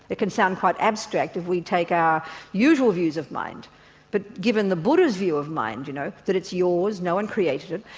it can sound quite abstract if we take our usual views of mind but given the buddha's view of mind, you know that it's yours, no one created it,